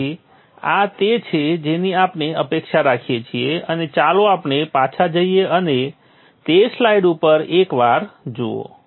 તેથી આ તે છે જેની આપણે અપેક્ષા રાખી શકીએ છીએ અને ચાલો આપણે પાછા જઈએ અને તે સ્લાઇડ ઉપર એક વાર જુઓ